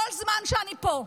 כל זמן שאני פה.